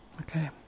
Okay